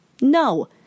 No